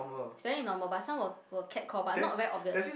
it's very normal but some will will cat call but not very obvious